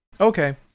okay